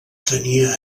tenia